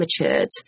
matured